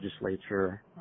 legislature